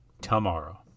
tomorrow